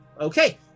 Okay